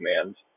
commands